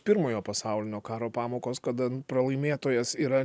pirmojo pasaulinio karo pamokos kada pralaimėtojas yra